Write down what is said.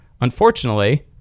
Unfortunately